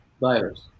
virus